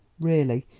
really,